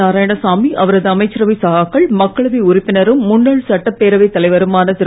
நாராயணசாமி அவரது அமைச்சரவை சகாக்கள் மக்களவை உறுப்பினரும் முன்னாள் சட்டப்பேரவைத் தலைவருமான திரு